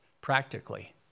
practically